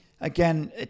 again